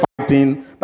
fighting